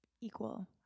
equal